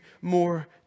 more